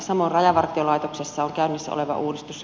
samoin rajavartiolaitoksessa on käynnissä oleva uudistus